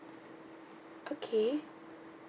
okay